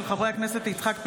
של חברי הכנסת יצחק פינדרוס,